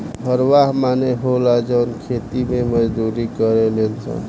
हरवाह माने होला जवन खेती मे मजदूरी करेले सन